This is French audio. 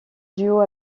duo